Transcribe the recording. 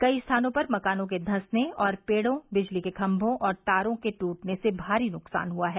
कई स्थानों पर मकानों के धसने और पेड़ों बिजली के खम्भों और तारों के टूटने से भारी नुकसान हुआ है